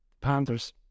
Panthers